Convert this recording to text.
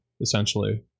essentially